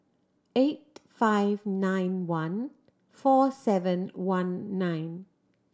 eight five nine one four seven one nine